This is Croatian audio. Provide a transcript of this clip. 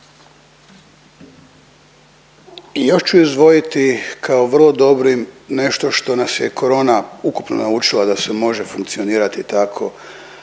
još ću izdvojiti kao vrlo dobrim nešto što nas je korona ukupno naučila da se može funkcionirati tako,